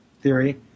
theory